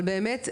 אבל באמת,